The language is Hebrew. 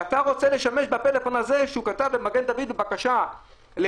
ואתה רוצה להשתמש בפלאפון הזה שהוא כתב במגן דוד אדום בבקשה לבדיקה.